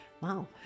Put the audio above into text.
wow